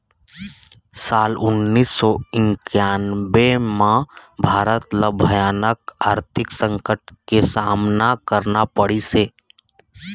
साल उन्नीस सौ इन्कानबें म भारत ल भयानक आरथिक संकट के सामना करना पड़िस हे